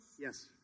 Yes